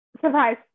Surprise